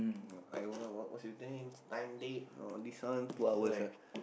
I what what what's you time date all all these one two hours ah